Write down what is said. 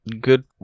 good